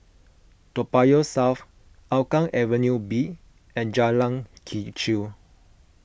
Toa Payoh South Hougang Avenue B and Jalan Kechil